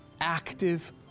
active